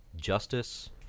Justice